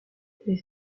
les